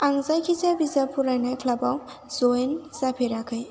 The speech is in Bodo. आं जायखि जाया बिजाब फरायनाय क्लाबाव जयेन जाफेराखै